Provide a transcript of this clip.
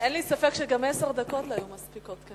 אין לי ספק שגם עשר דקות לא היו מספיקות.